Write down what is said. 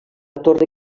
torre